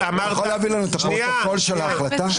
להביא לנו את הפרוטוקול של ההחלטה?